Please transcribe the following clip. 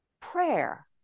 prayer